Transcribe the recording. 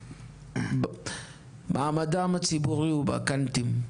מעמדם הציבורי הוא בקנטים,